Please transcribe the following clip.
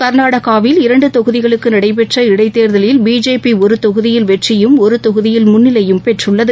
கர்நாடகாவில் இரண்டு தொகுதிகளுக்கு நடைபெற்ற இடைத் தேர்தலில் பிஜேபி ஒரு தொகுதியில் வெற்றியும் ஒரு தொகுதியில் முன்னிலையும் பெற்றுள்ளது